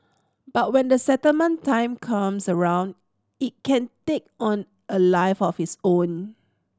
but when the settlement time comes around it can take on a life of its own